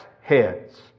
heads